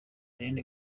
aline